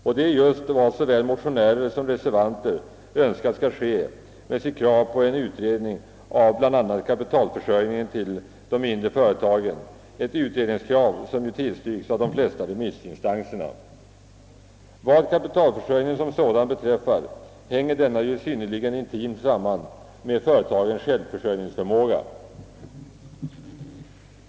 Detta är just vad såväl motionärer som reservanter önskar med sitt krav på utredning av bl.a. kapitalförsörjningen för de mindre företagen, ett utredningskrav som tillstyrkts av de flesta remissinstanserna. Kapitalförsörjningen som <: sådan hänger intimt samman med företagens självförsörjningsförmåga.